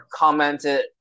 commented